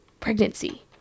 pregnancy